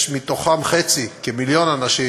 יש מתוכם חצי, כמיליון אנשים,